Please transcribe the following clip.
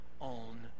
on